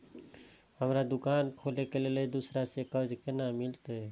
हमरा दुकान खोले के लेल दूसरा से कर्जा केना मिलते?